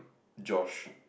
Josh